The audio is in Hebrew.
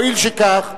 הואיל וכך,